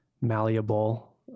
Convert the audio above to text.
malleable